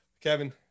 Kevin